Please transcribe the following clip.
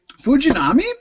fujinami